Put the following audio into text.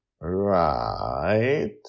Right